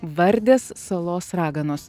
vardės salos raganos